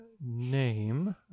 name